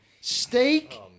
Steak